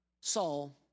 Saul